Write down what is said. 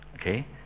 Okay